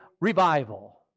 revival